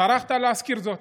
טרחת להזכיר זאת.